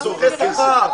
לצורך שכר.